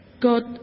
God